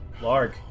Lark